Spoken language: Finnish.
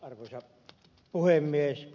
arvoisa puhemies